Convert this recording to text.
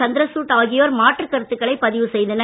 சந்திரசூட் ஆகியோர் மாற்றுக் கருத்துக்களை பதிவு செய்தனர்